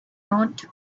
not